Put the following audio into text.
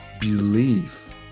believe